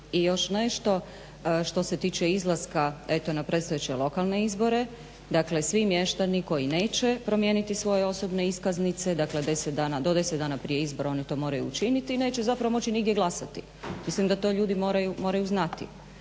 I još nešto što se tiče izlaska na predstojeće lokalne izbore, dakle svi mještani koji neće promijeniti svoje osobne iskaznice, dakle do 10 dana prije izbora oni to moraju učiniti i neće zapravo moći nigdje glasati. Mislim da to ljudi moraju znati.